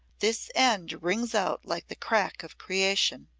this end rings out like the crack of creation.